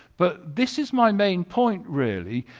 but this is my main point really.